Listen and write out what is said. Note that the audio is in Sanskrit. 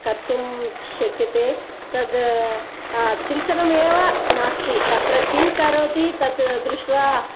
कर्तुं शक्यते तत् चिन्तनमेव नास्ति तत्र किं करोति तद्दृष्ट्वा